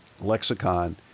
lexicon